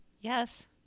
Yes